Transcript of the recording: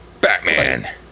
Batman